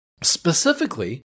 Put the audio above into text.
Specifically